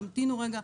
תמתינו רגע,